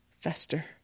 fester